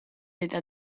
eta